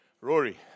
Rory